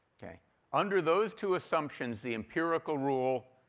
under those two assumptions the empirical rule